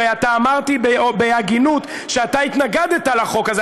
הרי אמרתי בהגינות שאתה התנגדת לחוק הזה,